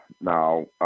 Now